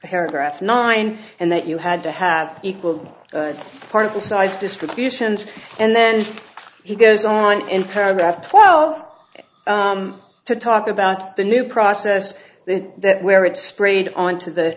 paragraph nine and that you had to have equal particle size distributions and then he goes on in paragraph twelve to talk about the new process that where it's sprayed on to the